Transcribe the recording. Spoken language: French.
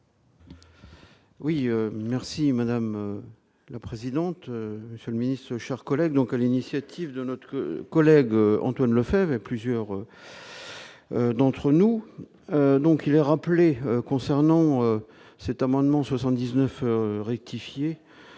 Oui merci madame la présidente, monsieur le ministre, chers collègues, donc l'initiative de notre collègue Antoine Lefèvre et plusieurs d'entre nous, donc il est rappelé concernant cet amendement 79 rectifié,